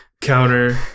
Counter